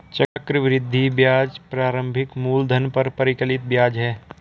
चक्रवृद्धि ब्याज प्रारंभिक मूलधन पर परिकलित ब्याज है